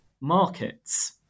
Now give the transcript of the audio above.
markets